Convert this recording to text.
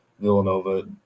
Villanova